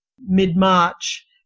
mid-March